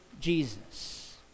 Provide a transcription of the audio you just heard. Jesus